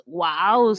¡wow